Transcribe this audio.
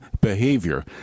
behavior